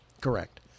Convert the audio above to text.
Correct